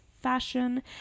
Fashion